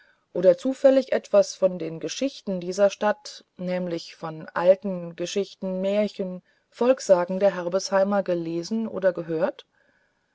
oder zufällig etwas von den geschichten dieser stadt nämlich von alten geschichten märchen volkssagen der herbesheimer gelesen oder gehört